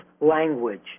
language